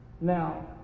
Now